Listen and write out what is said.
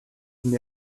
une